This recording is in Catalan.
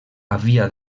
havia